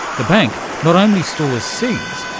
the bank not only stores seeds,